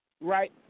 right